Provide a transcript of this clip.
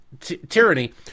tyranny